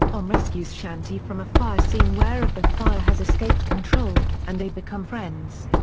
om rescues shanti from a fire scene where of the fire has escaped control, and they become friends.